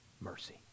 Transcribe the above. mercy